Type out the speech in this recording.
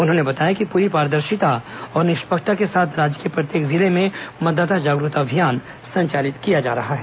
उन्होंने बताया कि पूरी पारदर्शिता और निष्पक्षता के साथ राज्य के प्रत्येक जिले में मतदाता जागरूकता अभियान संचालित किया जा रहा है